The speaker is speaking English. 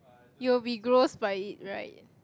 you'll be gross by it right